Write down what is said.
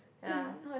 ya